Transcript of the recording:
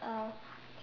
uh